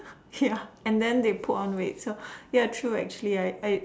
ya and then they put on weight so ya true actually I I